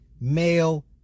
male